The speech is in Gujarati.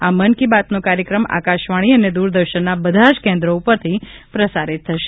આ મન કી બાતનો કાર્યક્રમ આકાશવાણી અને દુરદર્શનના બધા જ કેન્દ્રો ઉપરથી પ્રસારિત થશે